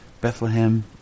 bethlehem